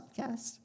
podcast